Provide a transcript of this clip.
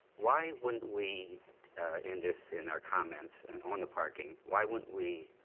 why wouldn't we in this, in our comments and on the parking, why wouldn't we